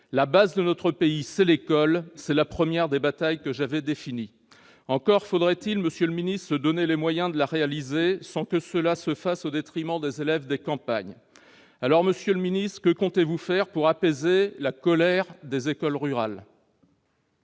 La base de notre pays, c'est l'école, c'est la première des batailles que j'avais définies. » Encore faudrait-il se donner les moyens de la remporter sans que l'effort se fasse au détriment des élèves des campagnes ! Monsieur le ministre, que comptez-vous faire pour apaiser la colère des écoles rurales ?